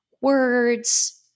words